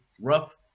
rough